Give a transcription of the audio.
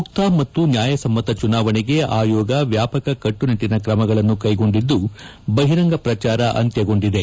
ಮುಕ್ತ ಮತ್ತು ನ್ಯಾಯಸಮ್ಮತ ಚುನಾವಣೆಗೆ ಆಯೋಗ ವ್ಯಾಪಕ ಕಟ್ಟುನಿಟ್ಟಿನ ಕ್ರಮಗಳನ್ನು ಕೈಗೊಂಡಿದ್ದು ಬಹಿರಂಗ ಪ್ರಚಾರ ಅಂತ್ಯಗೊಂಡಿದೆ